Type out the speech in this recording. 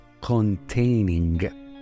containing